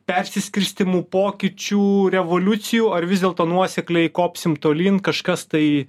persiskirstymų pokyčių revoliucijų ar vis dėlto nuosekliai kopsim tolyn kažkas tai